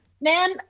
man